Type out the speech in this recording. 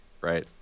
right